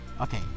Okay